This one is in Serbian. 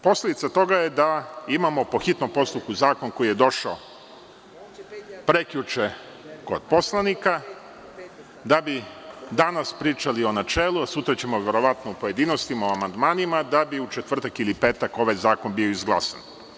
Posledica toga je da imamo po hitnom postupku zakon koji je došao prekjuče kod poslanika, da bi danas pričali o načelu, a sutra ćemo verovatno u pojedinostima, o amandmanima, da bi u četvrtak ili petak ovaj zakon bio izglasan.